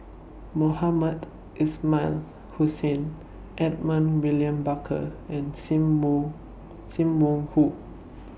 Mohamed Ismail Hussain Edmund William Barker and SIM Wong SIM Wong Hoo